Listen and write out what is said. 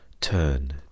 turn